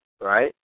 right